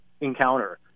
encounter